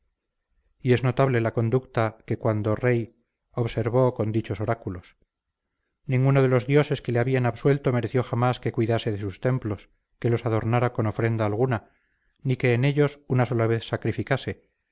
y es notable la conducta que cuando rey observó con dichos oráculos ninguno de los dioses que le habían absuelto mereció jamás que cuidase de sus templos que los adornara con ofrenda alguna ni que en ellos una sola vez sacrificase